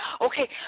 okay